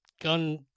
gun